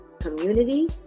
community